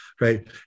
right